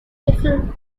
different